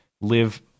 live